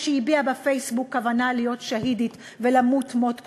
שהביעה בפייסבוק כוונה להיות שהידית ולמות מות קדושים.